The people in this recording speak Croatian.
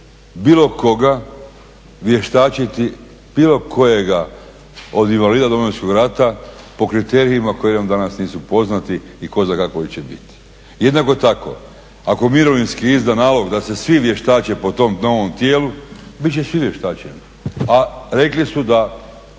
bilo koga vještačiti bilo kojega od invalida Domovinskog rata po kriterijima koji nam danas nisu poznati i tko zna kakvi će biti. Jednako tako, ako mirovinski izda nalog da se svi vještače po tom novom tijelu bit će svi vještačeni, a rekli su da